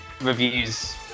reviews